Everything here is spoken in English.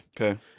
Okay